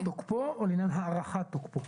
על עניין תוקפו או על עניין הארכת תוקפו?